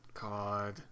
God